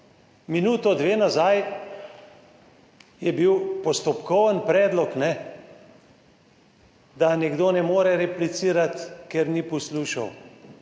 Minuto, dve nazaj je bil postopkovni predlog, da nekdo ne more replicirati, ker ni poslušal.